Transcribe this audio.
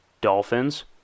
Dolphins